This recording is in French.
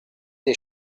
des